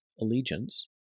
allegiance